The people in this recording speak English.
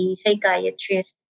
psychiatrist